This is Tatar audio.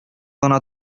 гына